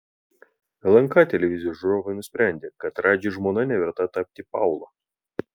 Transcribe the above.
lnk televizijos žiūrovai nusprendė kad radži žmona neverta tapti paula